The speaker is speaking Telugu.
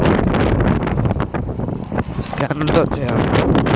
క్యూ.ఆర్ కోడ్ ని యూ.పీ.ఐ తోని ఎట్లా స్కాన్ చేయాలి?